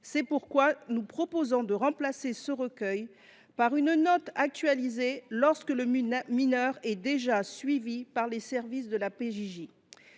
Aussi, nous proposons de remplacer ce recueil par une note actualisée lorsque le mineur est déjà suivi par les services de la PJJ.